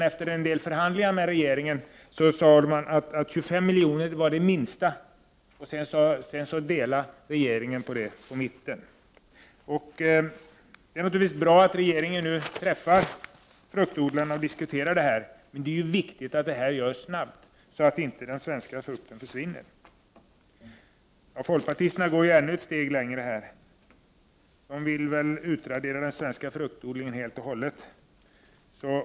Efter förhandlingar med regeringen framkom att 25 milj.kr. var det minsta belopp som måste avsättas till analysverksamhet. Därefter halverade regeringen beloppet. Det är bra att regeringen nu träffar fruktodlarna och diskuterar saken. Det är viktigt att det sker snabbt så att inte den svenska fruktodlingen försvinner. Folkpartiet går ett steg längre och vill tydligen helt utradera den svenska fruktodlingen.